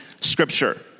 scripture